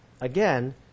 again